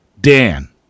Dan